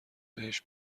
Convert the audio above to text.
بهش